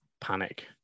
panic